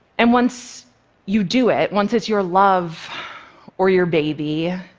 and once you do it, once it's your love or your baby,